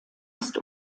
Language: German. ist